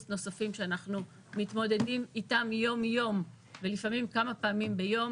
שאנחנו מתמודדים איתם יום-יום ולפעמים כמה פעמים ביום.